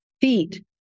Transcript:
feet